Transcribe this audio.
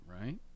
right